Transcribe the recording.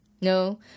No